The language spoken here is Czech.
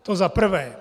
To za prvé.